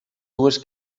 dues